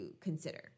consider